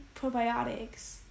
probiotics